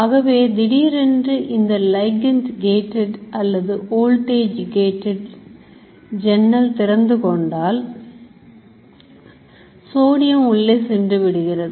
ஆகவே திடீரென்று இந்த Ligand gated அல்லது Voltag gated ஜன்னல் திறந்து கொண்டால் சோடியம் உள்ளே சென்றுவிடுகிறது